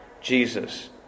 Jesus